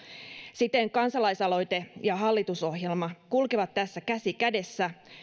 siten kansalaisaloite ja hallitusohjelma kulkevat tässä käsi kädessä